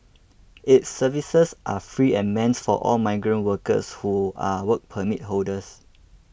its services are free and meant for all migrant workers who are Work Permit holders